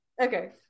Okay